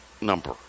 number